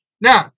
Now